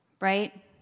right